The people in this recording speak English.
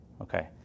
Okay